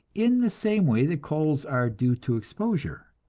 in the same way that colds are due to exposure.